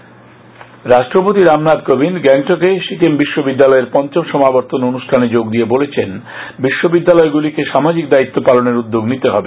রাষ্ট্রপতি রাষ্ট্রপতি রামনাখ কোবিন্দ গ্যাংটকে সিকিম বিশ্ববিদ্যালয়ের পঞ্চম সমাবর্তন অনুষ্ঠানে যোগ দিয়ে বলেছেন বিশ্ববিদ্যালয় গুলিকে সামাজিক দায়িত্ব পালনের উদ্যোগ নিতে হবে